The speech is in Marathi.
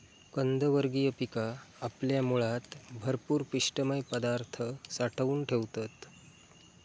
कंदवर्गीय पिका आपल्या मुळात भरपूर पिष्टमय पदार्थ साठवून ठेवतत